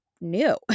new